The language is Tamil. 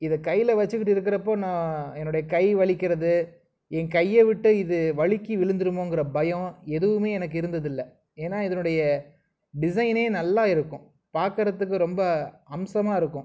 இது கையில் வச்சுக்கிட்டு இருக்கிறப்போ நான் என்னுடைய கை வலிக்கிறது என் கையை விட்டு இது வலுக்கி விளுந்துடுமோங்கிற பயம் எதுவுமே எனக்கு இருந்தது இல்லை ஏன்னால் இதனுடைய டிசைனே நல்லா இருக்கும் பார்க்கறதுக்கு ரொம்ப அம்சமாக இருக்கும்